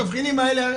התבחינים האלה.